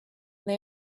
they